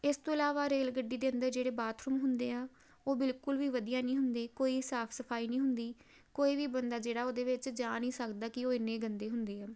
ਇਸ ਤੋਂ ਇਲਾਵਾ ਰੇਲ ਗੱਡੀ ਦੇ ਅੰਦਰ ਜਿਹੜੇ ਬਾਥਰੂਮ ਹੁੰਦੇ ਆ ਉਹ ਬਿਲਕੁਲ ਵੀ ਵਧੀਆ ਨਹੀਂ ਹੁੰਦੇ ਕੋਈ ਸਾਫ਼ ਸਫਾਈ ਨਹੀਂ ਹੁੰਦੀ ਕੋਈ ਵੀ ਬੰਦਾ ਜਿਹੜਾ ਉਹਦੇ ਵਿੱਚ ਜਾ ਨਹੀਂ ਸਕਦਾ ਕਿ ਉਹ ਇੰਨੇ ਗੰਦੇ ਹੁੰਦੇ ਆ